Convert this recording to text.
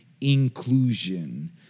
inclusion